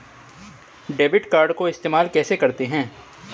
Debit card को इस्तेमाल कैसे करते हैं?